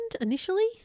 initially